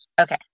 Okay